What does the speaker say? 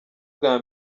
bwa